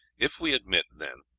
if we admit, then,